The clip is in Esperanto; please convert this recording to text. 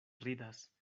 ridas